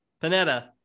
Panetta